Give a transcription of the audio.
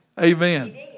amen